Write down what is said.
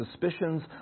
suspicions